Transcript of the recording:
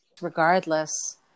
regardless